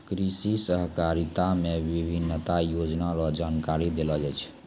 कृषि सहकारिता मे विभिन्न योजना रो जानकारी देलो जाय छै